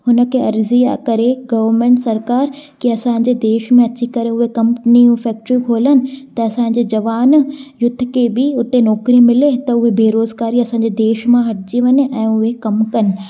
हुनखे अर्ज़ीअ करे गवर्नमेंट सरकारु की असांजे देश में अची करे हूअ कंपनियूं फैक्टरियूं खोलन त असांजे जवान युथ के बि हुते नौकिरी मिले त हूअ बेरोज़गारी असांजे देश मां हटजी वञे ऐं उहे कमु कनि